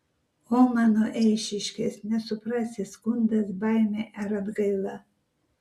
o mano eišiškės nesuprasi skundas baimė ar atgaila